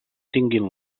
tinguin